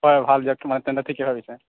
হয় ভাল দিয়ক তেন্তে ঠিকে ভাবিছে